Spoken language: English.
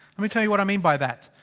let me tell you what i mean by that.